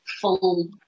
full